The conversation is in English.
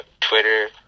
Twitter